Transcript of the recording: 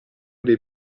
dei